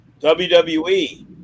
WWE